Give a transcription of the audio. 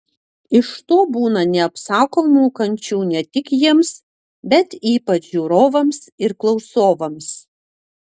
iš to būna neapsakomų kančių ne tik jiems bet ypač žiūrovams ir klausovams